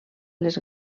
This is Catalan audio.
les